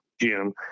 Jim